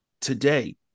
today